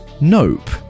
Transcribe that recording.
Nope